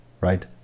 right